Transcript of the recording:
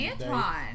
Antoine